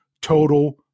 total